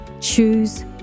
Choose